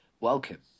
Welcome